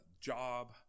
job